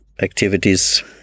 activities